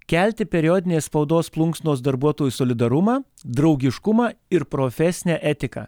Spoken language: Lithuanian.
kelti periodinės spaudos plunksnos darbuotojų solidarumą draugiškumą ir profesinę etiką